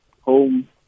Home